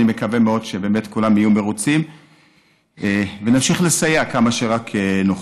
אני מקווה מאוד שבאמת כולם יהיו מרוצים ונמשיך לסייע כמה שרק נוכל.